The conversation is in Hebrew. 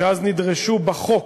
שאז נדרשו בחוק,